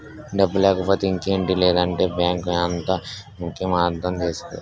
డబ్బు లేకపోతే ఇంకేటి లేదంటే బాంకు ఎంత ముక్యమో అర్థం చేసుకో